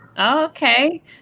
Okay